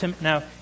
Now